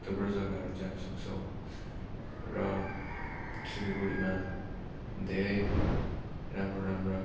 थुप्रो जग्गाहरू जानु सक्छौँ र सिलगुढीमा धेरै राम्रो राम्रा